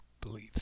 believe